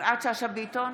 יפעת שאשא ביטון,